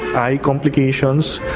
eye complications,